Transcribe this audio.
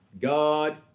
God